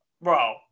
Bro